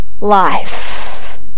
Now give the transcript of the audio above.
life